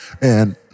And-